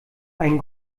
ein